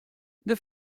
der